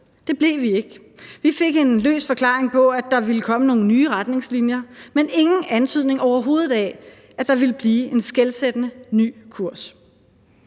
Det blev vi ikke. Vi fik en løs forklaring på, at der ville komme nogle nye retningslinjer, men ingen antydning overhovedet af, at der ville blive en skelsættende ny kurs.